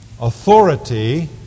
authority